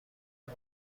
فقط